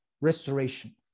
restoration